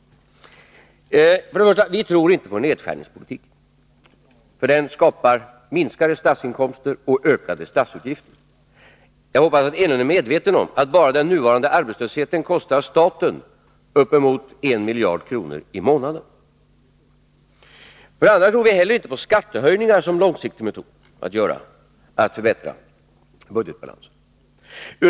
För det första: Vi tror inte på nedskärningspolitiken, för den ger minskade statsinkomster och ökade statsutgifter. Jag hoppas att Eric Enlund är medveten om att bara den nuvarande arbetslösheten kostar staten uppemot 1 miljard kronor i månaden. För det andra: Vi tror inte heller på skattehöjningar som en långsiktig metod för att förbättra budgetbalansen.